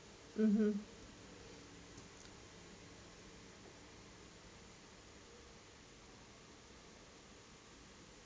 mmhmm